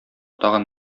тагын